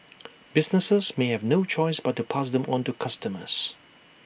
businesses may have no choice but to pass them on to customers